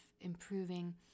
improving